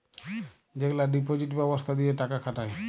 যেগলা ডিপজিট ব্যবস্থা দিঁয়ে টাকা খাটায়